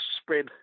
spread